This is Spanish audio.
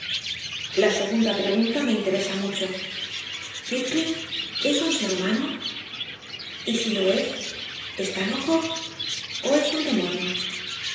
la segunda pregunta meinteresa mucho h eathcliff esun ser humano y silo es está loco o es un demonio